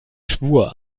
schwur